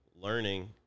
learning